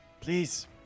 Please